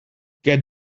get